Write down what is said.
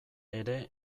ere